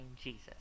Jesus